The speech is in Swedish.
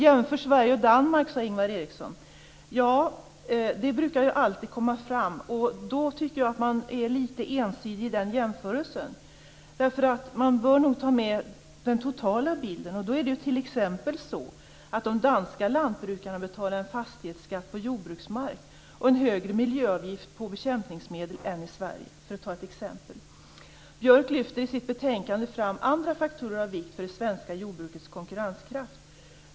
Jämför Sverige och Danmark, sade Ingvar Eriksson. Detta brukar alltid komma fram. Jag tycker att den jämförelsen är litet ensidig. Man bör nog ta med den totala bilden. Då är det t.ex. på det sättet att de danska lantbrukarna betalar en fastighetsskatt på jordbruksmark och en högre miljöavgift på bekämpningsmedel än de svenska lantbrukarna. Björk lyfter i sitt betänkande fram andra faktorer av vikt för det svenska jordbrukets konkurrenskraft.